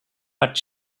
but